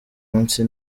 munsi